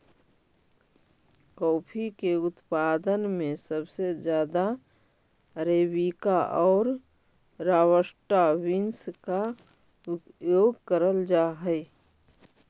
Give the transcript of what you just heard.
coffee के उत्पादन में सबसे ज्यादा अरेबिका और रॉबस्टा बींस का उपयोग करल जा हई